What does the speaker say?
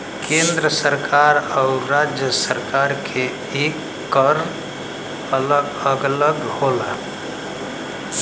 केंद्र सरकार आउर राज्य सरकार के कर अलग अलग होला